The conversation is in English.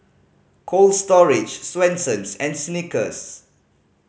Cold Storage Swensens and Snickers